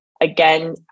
Again